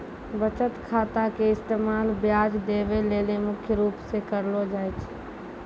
बचत खाता के इस्तेमाल ब्याज देवै लेली मुख्य रूप से करलो जाय छै